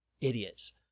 idiots